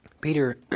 Peter